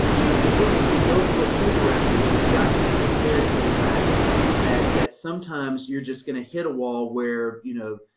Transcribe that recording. when you look, when you go and look through the records, you've got to be prepared for the fact that, that sometimes you're just going to hit a wall where, you know,